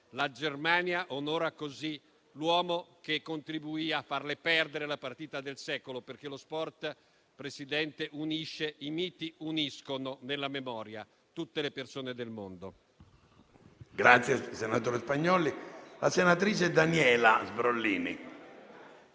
La Germania onora così l'uomo che contribuì a farle perdere la partita del secolo, perché lo sport, signor Presidente, unisce e i miti uniscono nella memoria tutte le persone del mondo.